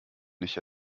nicht